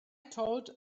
told